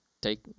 take